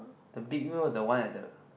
the big wheel is the one at the